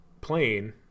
plane